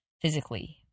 physically